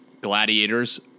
gladiators